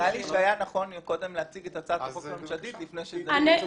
נראה לי שהיה נכון מקודם להציג את הצעת החוק הממשלתית לפני שדנים.